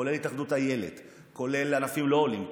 כולל התאחדות אילת, כולל ענפים לא אולימפיים,